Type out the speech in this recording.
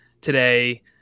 today